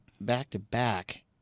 back-to-back